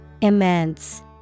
immense